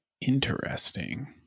Interesting